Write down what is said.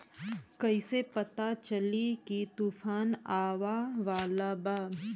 कइसे पता चली की तूफान आवा वाला बा?